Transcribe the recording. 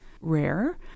rare